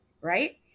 right